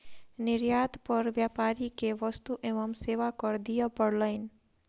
निर्यात पर व्यापारी के वस्तु एवं सेवा कर दिअ पड़लैन